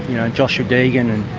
yeah joshua deegan